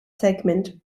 segment